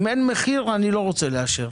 אם אין מחיר אני לא רוצה לאשר,